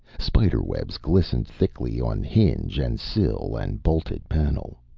spiderwebs glistened thickly on hinge and sill and bolted panel.